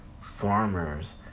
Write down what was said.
farmers